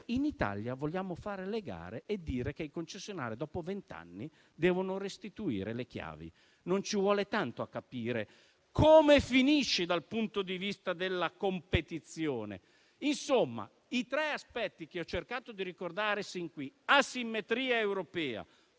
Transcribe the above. In Italia vogliamo fare le gare e dire che i concessionari dopo vent'anni devono restituire le chiavi. Non ci vuole tanto a capire come finisce dal punto di vista della competizione. Insomma, i tre aspetti che ho cercato di ricordare sin qui (asimmetria europea,